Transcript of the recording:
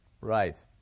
Right